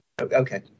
Okay